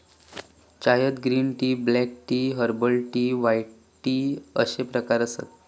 चायत green tea, black tea, herbal tea, white tea अश्ये प्रकार आसत